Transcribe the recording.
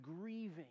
grieving